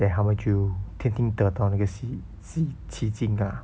then 他们就天庭得到那个西西奇景啊